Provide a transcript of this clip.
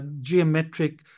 geometric